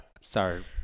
sorry